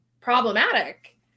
problematic